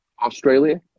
Australia